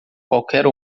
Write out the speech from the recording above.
qualquer